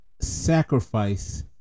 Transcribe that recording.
sacrifice